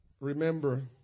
Remember